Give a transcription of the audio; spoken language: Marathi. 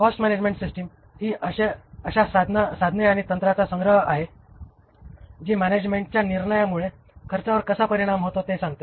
कॉस्ट मॅनेजमेंट सिस्टम ही अशा साधने आणि तंत्राचा संग्रह आहे जी मॅनॅजमेण्टच्या निर्णयामुळे खर्चावर कसा परिणाम होतो हे सांगते